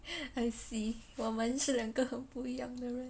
I see 我们是两个很不一样的人